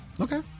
okay